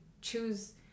choose